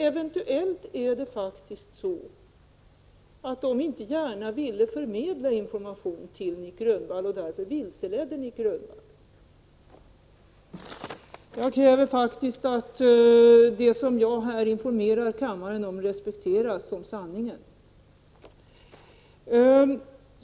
Eventuellt kan det faktiskt vara så, att man inte gärna ville förmedla information till Nic Grönvall och att man därför vilseledde honom. Jag kräver faktiskt att det som jag här informerar kammaren om respekteras som sanningen.